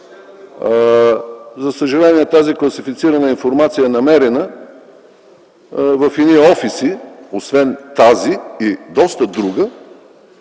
За съжаление, тази класифицирана информация е намерена в едни офиси, освен тази и доста друга